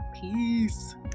peace